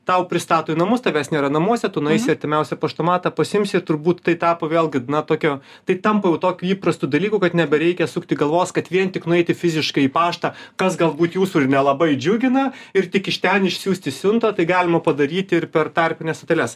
tau pristato į namus tavęs nėra namuose tu nueisi į artimiausią paštomatą pasiimsi ir turbūt tai tapo vėlgi na tokio tai tampa jau tokiu įprastu dalyku kad nebereikia sukti galvos kad vien tik nueiti fiziškai į paštą kas galbūt jūsų nelabai džiugina ir tik iš ten išsiųsti siuntą tai galima padaryti ir per tarpines stoteles